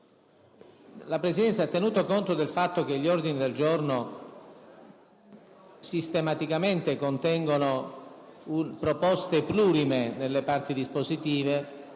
la Presidenza, tenuto conto del fatto che gli ordini del giorno sistematicamente contengono proposte plurime nelle parti dispositive